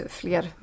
fler